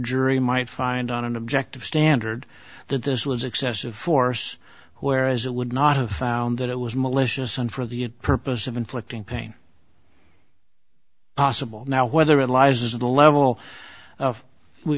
jury might find on an objective standard that this was excessive force who whereas it would not have found that it was malicious and for the purpose of inflicting pain possible now whether in lies is the level of we've